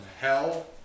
hell